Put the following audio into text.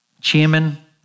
Chairman